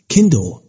Kindle